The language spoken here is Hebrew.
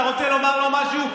אתה רוצה לומר לו משהו?